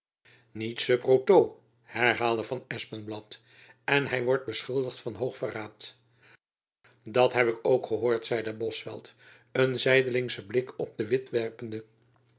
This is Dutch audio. reatu herhaalde van espenblad en hy wordt beschuldigd van hoog verraad dat heb ik ook gehoord zeide bosveldt een zijdelingschen blik op de witt werpende